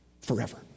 Forever